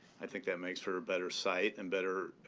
i think that makes for a better site and better